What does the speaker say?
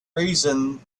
reason